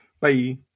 Bye